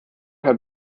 have